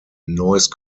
noise